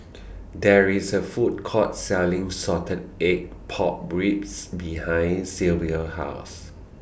There IS A Food Court Selling Salted Egg Pork Ribs behind Sylvia's House